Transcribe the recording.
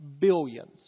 billions